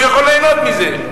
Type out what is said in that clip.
הוא יכול ליהנות מזה.